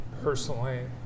personally